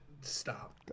Stop